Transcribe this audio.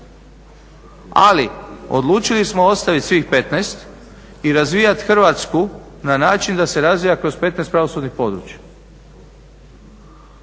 Ali odlučili smo ostaviti svih 15 i razvijati Hrvatsku na način da se razvija kroz 15 pravosudnih područja.